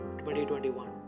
2021